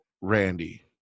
Randy